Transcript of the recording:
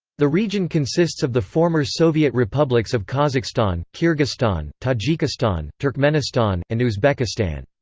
the region consists of the former soviet republics of kazakhstan, kyrgyzstan, tajikistan, turkmenistan, and uzbekistan.